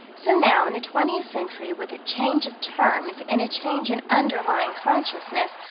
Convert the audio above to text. so now, in the twentieth century, with a change of terms, and a change in underlying consciousness,